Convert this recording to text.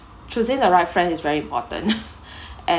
choosing the right friend is very important and